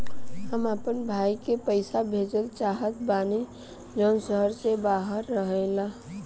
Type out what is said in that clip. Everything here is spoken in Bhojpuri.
हम अपना भाई के पइसा भेजल चाहत बानी जउन शहर से बाहर रहेला